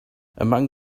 among